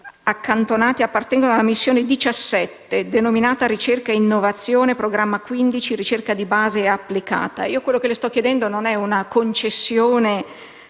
accantonati appartengono alla missione 17 del MEF, denominata «Ricerca e innovazione», programma 15 «Ricerca di base e applicata». Quello che le sto chiedendo non è una concessione